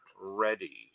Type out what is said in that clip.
Ready